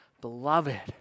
Beloved